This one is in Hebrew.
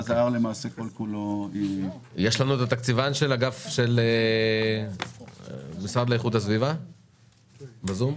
נמצאת אתנו התקציבנית של המשרד להגנת הסביבה בזום?